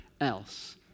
else